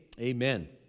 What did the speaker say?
amen